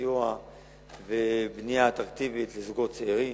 וסיוע ובנייה אטרקטיבית לזוגות צעירים,